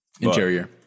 Interior